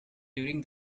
during